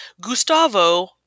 Gustavo